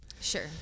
Sure